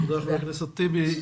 תודה לחבר הכנסת טיבי.